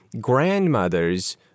Grandmothers